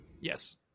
Yes